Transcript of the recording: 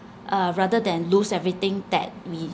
uh rather than lose everything that we